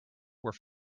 were